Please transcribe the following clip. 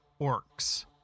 orcs